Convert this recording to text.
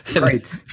Right